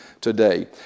today